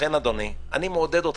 לכן אדוני, אני מעודד אותך,